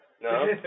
No